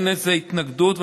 אין איזו התנגדות,